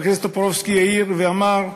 חבר הכנסת טופורובסקי העיר ואמר: